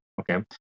Okay